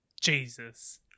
Jesus